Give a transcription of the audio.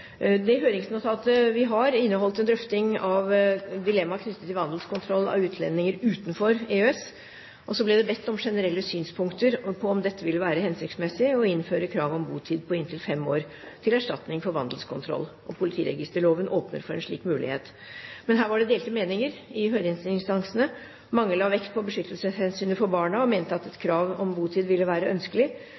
Det høringsnotatet vi har, inneholdt en drøfting av dilemmaet knyttet til vandelskontroll av utlendinger utenfor EØS. Så ble det bedt om generelle synspunkter på om det ville være hensiktsmessig å innføre krav om botid på inntil fem år til erstatning for vandelskontroll. Politiregisterloven åpner for en slik mulighet. Men her var det delte meninger i høringsinstansene. Mange la vekt på beskyttelseshensynet for barna, og mente at et krav om botid ville være ønskelig.